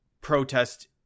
protest